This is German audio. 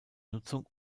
nutzung